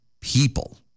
people